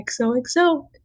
XOXO